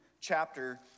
chapter